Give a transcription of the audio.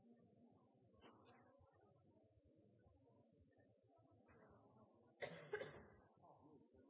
har meget gode